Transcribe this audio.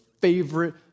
favorite